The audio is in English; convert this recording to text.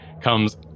comes